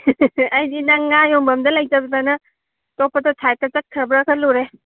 ꯑꯩꯗꯤ ꯅꯪ ꯉꯥ ꯌꯣꯟꯐꯝꯗ ꯂꯩꯇꯗꯅ ꯑꯇꯣꯞꯄꯗ ꯁꯥꯏꯠꯇ ꯆꯠꯈ꯭ꯔꯕ ꯈꯜꯂꯨꯔꯦ